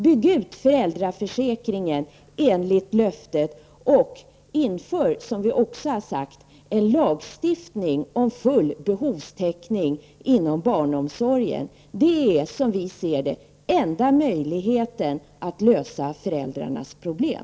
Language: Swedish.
Bygg ut föräldraförsäkringen enligt löftet, och inför, som vi också har sagt, en lagstiftning om full behovstäckning inom barnomsorgen! Detta är, som vi ser det, den enda möjligheten att lösa föräldrarnas problem.